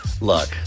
Look